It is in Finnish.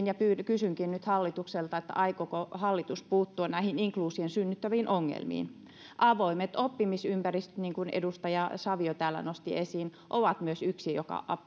ja kysynkin nyt hallitukselta aikooko hallitus puuttua näihin inkluusion synnyttämiin ongelmiin avoimet oppimisympäristöt niin kuin edustaja savio täällä nosti esiin ovat myös yksi